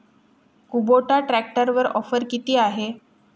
Kubota ट्रॅक्टरवर offer किती आहे?